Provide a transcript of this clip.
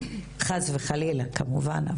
חס וחלילה כמובן,